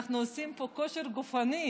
אנחנו עושים פה כושר גופני,